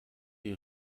die